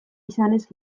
izanez